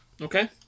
Okay